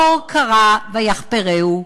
ועל כך נכתב בתהילים ז', 16 17: "בור כרה ויחפרהו,